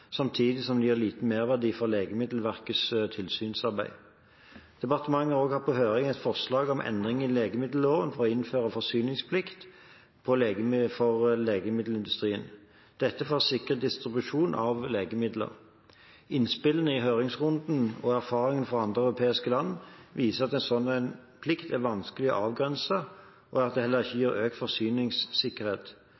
Legemiddelverkets tilsynsarbeid. Departementet har også hatt på høring et forslag om endring i legemiddelloven for å innføre forsyningsplikt for legemiddelindustrien for å sikre distribusjon av legemidler. Innspillene i høringsrunden og erfaringene fra andre europeiske land viser at en slik plikt er vanskelig å avgrense, og at det heller ikke